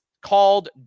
called